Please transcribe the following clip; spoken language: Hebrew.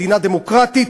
מדינה דמוקרטית.